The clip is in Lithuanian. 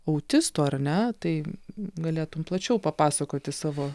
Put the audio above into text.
autistų ar ne tai galėtum plačiau papasakoti savo